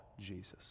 Jesus